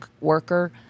worker